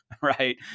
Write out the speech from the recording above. right